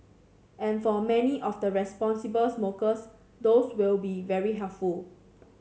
and for many of the responsible smokers those will be very helpful